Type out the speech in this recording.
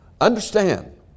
Understand